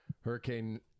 hurricane